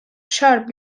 sharp